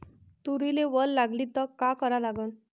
तुरीले वल लागली त का करा लागन?